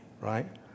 right